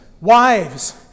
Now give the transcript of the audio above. wives